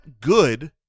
good